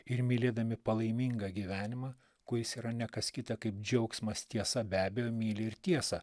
ir mylėdami palaimingą gyvenimą kuris yra ne kas kita kaip džiaugsmas tiesa be abejo myli ir tiesą